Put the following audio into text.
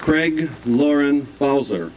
craig lauren wells or